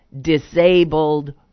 disabled